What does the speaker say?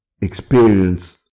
experience